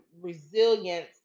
resilience